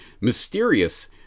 mysterious